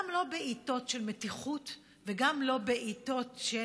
גם לא בעיתות של מתיחות וגם לא בעיתות של